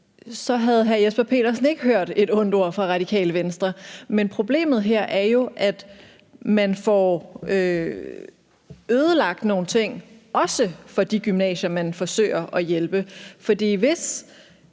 så havde hr. Jesper Petersen ikke hørt et ondt ord fra Radikale Venstre. Men problemet her er jo, at man får ødelagt nogle ting også for de gymnasier, man forsøger at hjælpe. Hvis